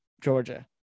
Georgia